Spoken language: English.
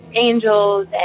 angels